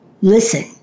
listen